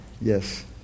Yes